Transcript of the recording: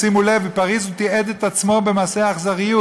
שימו לב, בפריז הוא תיעד את עצמו במעשה האכזריות.